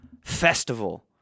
festival